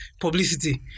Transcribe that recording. publicity